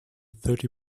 thirty